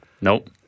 Nope